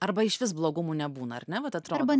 arba išvis blogumų nebūna ar ne vat atrodo